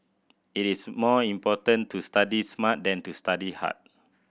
it is more important to study smart than to study hard